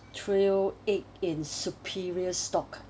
trio egg in superior stock